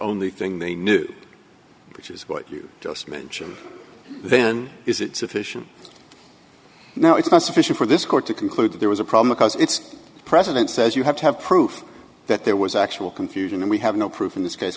only thing they knew which is what you just mentioned then is it sufficient now it's not sufficient for this court to conclude that there was a problem because its president says you have to have proof that there was actual confusion and we have no proof in this